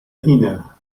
inner